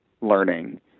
learning